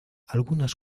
algunas